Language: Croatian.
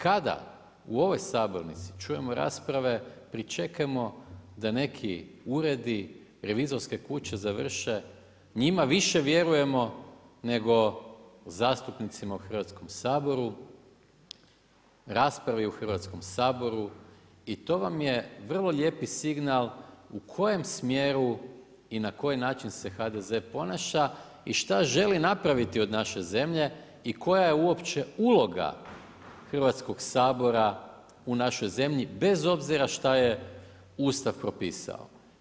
Kada u ovoj sabornici čujemo rasprave pričekajmo da neki uredi, revizorske kuće završe, njima više vjerujemo nego zastupnicima u Hrvatskom saboru, raspravi u Hrvatskom saboru, i to vam je vrlo lijepi signal u kojem smjeru i na koji način se HDZ ponaša i šta želi napraviti od naše zemlje i koja je uopće uloga Hrvatskog sabora u našoj zemlji bez obzira šta je Ustav propisao.